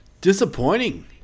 Disappointing